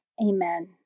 Amen